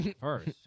First